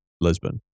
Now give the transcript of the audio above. Lisbon